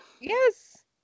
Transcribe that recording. Yes